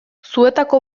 zuetako